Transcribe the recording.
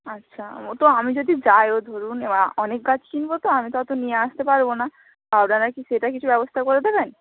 আচ্ছা ও তো আমি যদি যাইও ধরুন এবার অনেক গাছ কিনবো তো আমি তো অতো নিয়ে আসতে পারবো না আপনারা কি সেটার কিছু ব্যবস্থা করে দেবেন